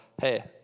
hey